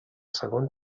segon